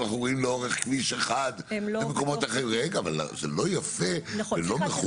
שאנחנו רואים לאורך כביש 1. שאלת שאלה,